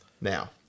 Now